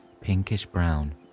pinkish-brown